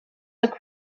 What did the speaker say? took